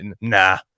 nah